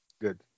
Good